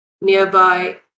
nearby